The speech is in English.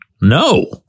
no